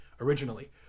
originally